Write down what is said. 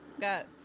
got